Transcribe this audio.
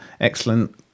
excellent